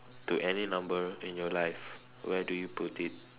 to any number in your life where do you put it